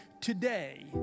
today